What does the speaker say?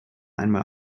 einmal